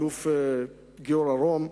רשות התעופה האזרחית, האלוף במילואים גיורא רום,